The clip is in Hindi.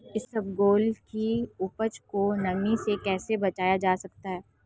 इसबगोल की उपज को नमी से कैसे बचाया जा सकता है?